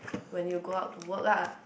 when you go out to work lah